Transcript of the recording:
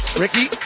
Ricky